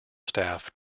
staff